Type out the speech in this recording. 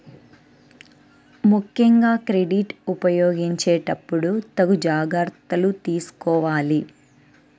ముక్కెంగా క్రెడిట్ ఉపయోగించేటప్పుడు తగు జాగర్తలు తీసుకోవాలి